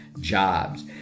jobs